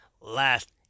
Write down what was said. last